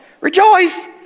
Rejoice